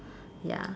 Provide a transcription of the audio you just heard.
ya